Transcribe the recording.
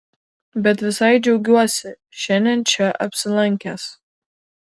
bet visai džiaugiuosi šiandien čia apsilankęs